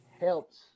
helps